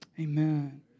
Amen